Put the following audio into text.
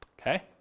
okay